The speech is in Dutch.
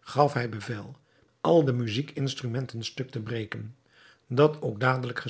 gaf hij bevel al de muzijkinstrumenten stuk te breken dat ook dadelijk